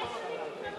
חמש שנים נגמרו.